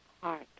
heart